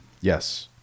Yes